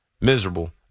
Miserable